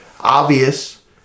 obvious